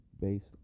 based